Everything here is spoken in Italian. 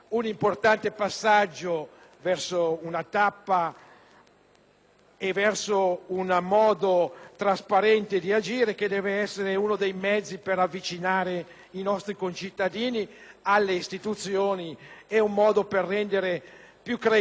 e verso un modo trasparente di agire, che deve essere uno dei mezzi per avvicinare i nostri concittadini alle istituzioni e un modo per rendere più credibile anche chi, come noi, lavora in queste istituzioni.